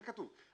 זה כתוב,